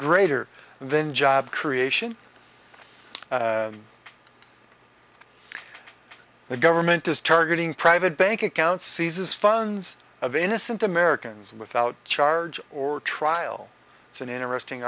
greater than job creation the government is targeting private bank accounts seizes funds of innocent americans without charge or trial it's an interesting